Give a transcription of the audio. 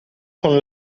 con